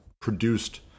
produced